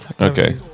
okay